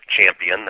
champion